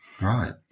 Right